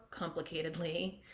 complicatedly